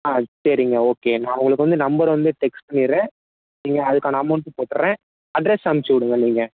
ஆ சரிங்க ஓகே நான் உங்களுக்கு வந்து நம்பர் வந்து டெக்ஸ்ட் பண்ணிடுர்றன் நீங்கள் அதுக்கான அமௌண்ட் போட்டுர்றன் அட்ரஸ் அமுச்சி விடுங்க நீங்கள்